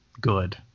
good